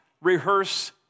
rehearse